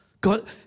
God